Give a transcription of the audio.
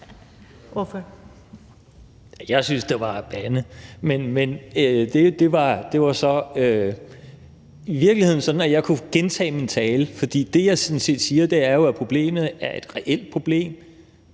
Jeg synes, at det var at bande. I virkeligheden er det sådan, at jeg kunne gentage min tale, for det, jeg sådan set siger, er jo, at problemet er et reelt problem.